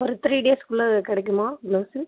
ஒரு த்ரீ டேஸுக்குள்ளே குடைக்குமா ப்ளௌஸு